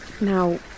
Now